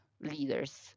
leaders